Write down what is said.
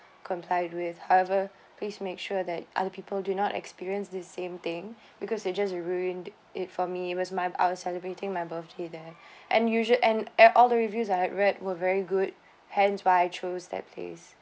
complied with however please make sure that other people do not experience this same thing because it just ruined it for me it was my I was celebrating my birthday there and usual and at all the reviews I've read were very good hence why I chose that place